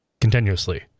continuously